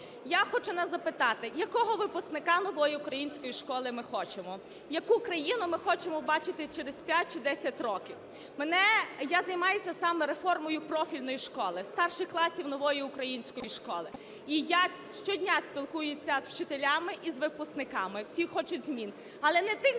Я хочу нас запитати: якого випускника "Нової української школи" ми хочемо? Яку країну ми хочемо бачити через 5 чи 10 років? Я займаюся сама реформою профільної школи, старших класів "Нової української школи", і я щодня спілкуюся з вчителями і з випускниками. Всі хочуть змін, але не тих змін,